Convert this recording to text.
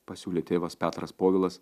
pasiūlė tėvas petras povilas